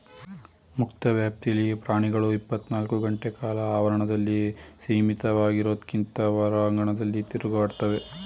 ಮುಕ್ತ ವ್ಯಾಪ್ತಿಲಿ ಪ್ರಾಣಿಗಳು ಇಪ್ಪತ್ನಾಲ್ಕು ಗಂಟೆಕಾಲ ಆವರಣದಲ್ಲಿ ಸೀಮಿತವಾಗಿರೋದ್ಕಿಂತ ಹೊರಾಂಗಣದಲ್ಲಿ ತಿರುಗಾಡ್ತವೆ